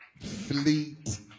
fleet